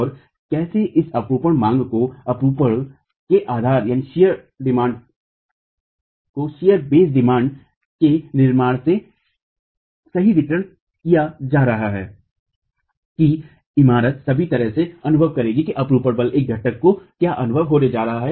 और कैसे इस अपरूपण मांग को अपरूपण के आधार मांग के निर्माण से सही वितरित किया जा रहा है कि इमारत सभी तरह का अनुभव करेगी कि अपरूपण बल एक घटक को क्या अनुभव होने जा रहा है